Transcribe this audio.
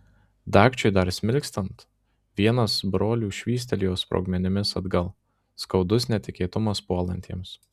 dagčiui dar smilkstant vienas brolių švystelėjo sprogmenis atgal skaudus netikėtumas puolantiems